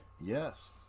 Yes